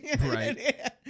Right